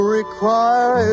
require